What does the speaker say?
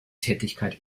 tätigkeit